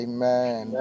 Amen